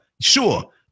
Sure